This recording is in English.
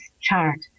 chart